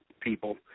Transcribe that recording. people